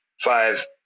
five